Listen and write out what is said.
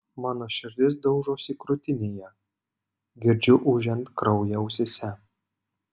mano širdis daužosi krūtinėje girdžiu ūžiant kraują ausyse